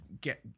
get